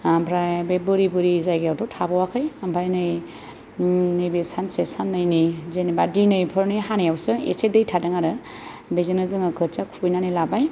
ओमफ्राय बे बोरि बोरि जायगायावथ' थाबावाखै ओमफ्राय नै नैबे सानसे साननैनि जेनेबा दिनैफोरनि हानायावसो एसे दै थादों आरो बेजोंनो जोङो खोथिया खुबैनानै लाबाय